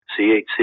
CHC